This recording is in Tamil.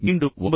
மீண்டும் 9